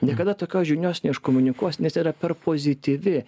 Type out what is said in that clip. niekada tokios žinios neiškomunikuos nes yra per pozityvi